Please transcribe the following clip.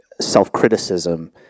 self-criticism